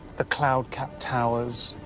the cloud-capp'd towers,